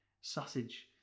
sausage